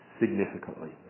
significantly